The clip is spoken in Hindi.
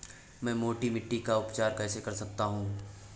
मैं मोटी मिट्टी का उपचार कैसे कर सकता हूँ?